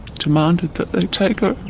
demanded that they take her,